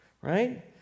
right